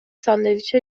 ساندویچ